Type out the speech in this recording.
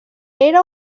era